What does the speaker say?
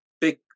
Big